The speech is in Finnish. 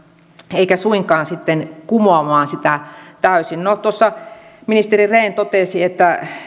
eikä suinkaan sitten kumoamaan sitä täysin no tuossa ministeri rehn totesi että